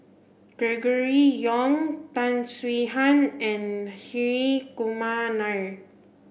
Gregory Yong Tan Swie Hian and Hri Kumar Nair